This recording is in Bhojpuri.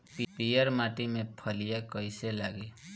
पीयर माटी में फलियां कइसे लागी?